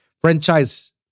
franchise